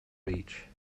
beach